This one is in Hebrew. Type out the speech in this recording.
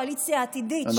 כקואליציה עתידית,